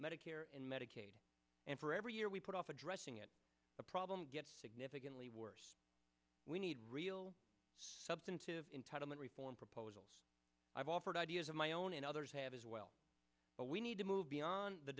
medicare and medicaid and for every year we put off addressing it the problem gets significantly worse we need real substantive entitle and reform proposals i've offered ideas of my own and others have as well but we need to move beyond the